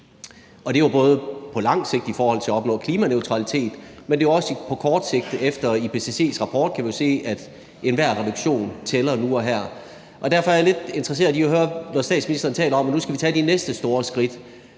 og det er jo både på lang sigt i forhold til at opnå klimaneutralitet, men det er jo også på kort sigt, i forhold til at vi i IPCC's rapport kan se, at enhver reduktion tæller nu og her. Derfor er jeg, når statsministeren taler om, at nu skal vi tage de næste store skridt,